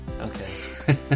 Okay